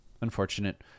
Unfortunate